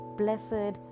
blessed